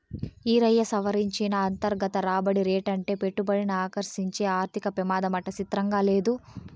ఈరయ్యా, సవరించిన అంతర్గత రాబడి రేటంటే పెట్టుబడిని ఆకర్సించే ఆర్థిక పెమాదమాట సిత్రంగా లేదూ